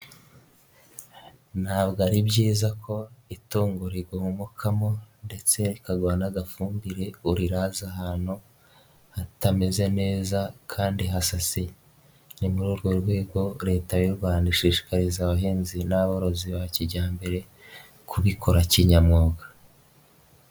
Ntabwo ari byiza ko itungo riguha umukamo ndetse rikaguha n'agafumbire uriraza ahantu hatameze neza kandi hasasiye, ni muri urwo rwego Leta y'u Rwanda ishishikariza abahinzi n'aborozi ba kijyambere kubikora kinyamwuga.